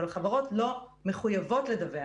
אבל החברות לא מחויבות לדווח,